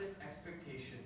expectation